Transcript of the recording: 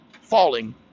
falling